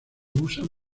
usan